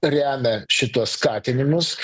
remia šituos skatinimus